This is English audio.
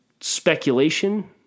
speculation